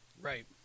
Right